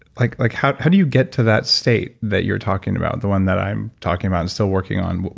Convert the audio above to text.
like like how how do you get to that state that you're talking about? the one that i'm talking about and still working on?